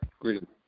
Greeted